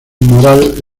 moral